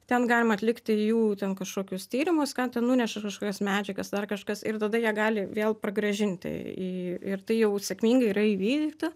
ten galima atlikti jų ten kažkokius tyrimus ką jin ten nuneša kažkokias medžiagas dar kažkas ir tada jie gali vėl pragrąžinti į ir tai jau sėkmingai yra įvykdyta